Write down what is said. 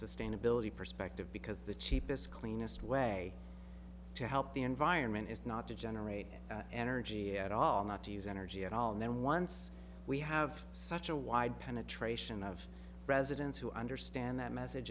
sustainability perspective because the cheapest cleanest way to help the environment is not to generate energy at all not to use energy at all and then once we have such a wide penetration of residents who understand that message